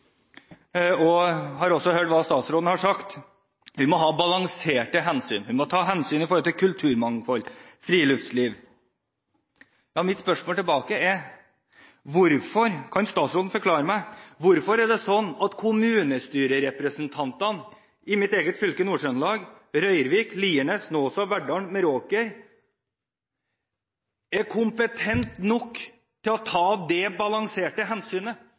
har også hørt hva statsråden har sagt: Vi må ta balanserte hensyn, vi må ta hensyn til kulturmangfold og friluftsliv. Mitt spørsmål tilbake er: Kan statsråden forklare meg hvorfor det er sånn at kommunestyrerepresentantene i mitt eget fylke, Nord-Trøndelag, i Røyrvik, Lierne, Snåsa, Verdal og Meråker er kompetente nok til å ta de balanserte